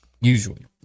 usually